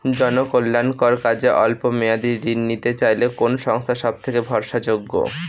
জনকল্যাণকর কাজে অল্প মেয়াদী ঋণ নিতে চাইলে কোন সংস্থা সবথেকে ভরসাযোগ্য?